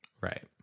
Right